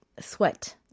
Sweat